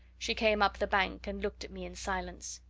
she came up the bank and looked at me, in silence.